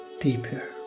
deeper